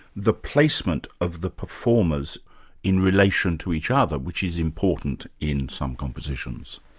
the placement of the performers in relation to each other, which is important in some compositions.